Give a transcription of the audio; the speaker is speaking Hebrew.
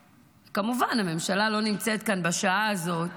כמובן, הממשלה לא נמצאת כאן בשעה הזאת